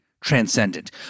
transcendent